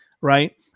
right